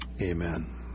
Amen